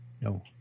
No